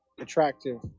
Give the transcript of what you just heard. Attractive